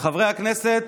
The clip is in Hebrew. חברי הכנסת,